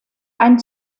ein